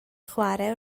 chwarae